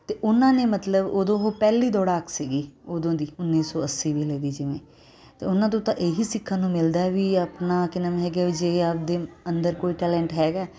ਅਤੇ ਉਹਨਾਂ ਨੇ ਮਤਲਬ ਉਦੋਂ ਉਹ ਪਹਿਲੀ ਦੌੜਾਕ ਸੀਗੀ ਉਦੋਂ ਦੀ ਉੱਨੀ ਸੌ ਅੱਸੀ ਵੇਲੇ ਦੀ ਜਿਵੇਂ ਅਤੇ ਉਹਨਾਂ ਤੋਂ ਤਾਂ ਇਹੀ ਸਿੱਖਣ ਨੂੰ ਮਿਲਦਾ ਵੀ ਆਪਣਾ ਕੀ ਨਾਮ ਹੈਗਾ ਵੀ ਜੇ ਆਪਦੇ ਅੰਦਰ ਕੋਈ ਟੈਲੈਂਟ ਹੈਗਾ